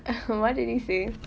what did he say